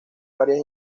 varias